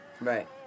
Right